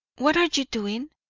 what are you doing?